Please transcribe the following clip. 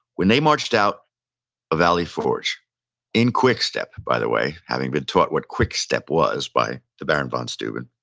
when they marched out of valley forge in quick step, by the way, having been taught was quick step was by the baron von steuben,